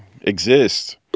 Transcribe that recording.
exist